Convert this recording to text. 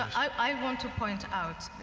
i want to point out,